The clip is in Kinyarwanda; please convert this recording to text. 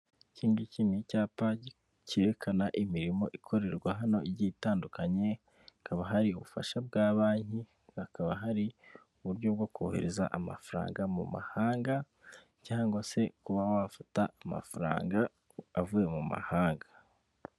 Iki ngiki ni icyapa cyerekana imirimo ikorerwa hano igiye itandukanye, hakaba hari ubufasha bwa banki, hakaba hari uburyo bwo kohereza amafaranga mu mahanga, cyangwa se kuba wafata amafaranga avuye mu mahanga.